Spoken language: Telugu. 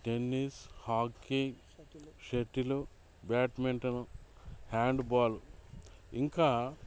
tennis hockey shuttle badminton hand ball ఇంకా